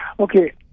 Okay